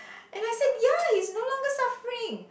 and I said ya he is no longer suffering